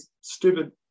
stupid